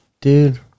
Dude